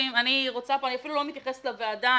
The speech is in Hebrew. אני אפילו לא מתייחסת לוועדה,